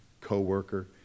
co-worker